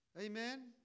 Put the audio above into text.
Amen